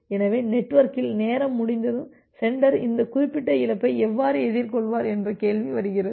எனவே நெட்வொர்க்கில் நேரம் முடிந்ததும் சென்டர் இந்த குறிப்பிட்ட இழப்பை எவ்வாறு எதிர்கொள்வார் என்ற கேள்வி வருகிறது